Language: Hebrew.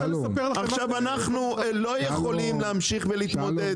עכשיו אנחנו לא יכולים להמשיך ולהתמודד